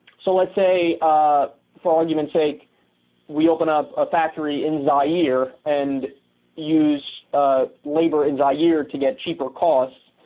so let's say ah. for argument's sake we open up a factory in zaire and use ah. labor in zaire to get cheaper costs